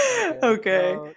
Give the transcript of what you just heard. Okay